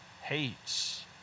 hates